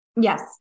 Yes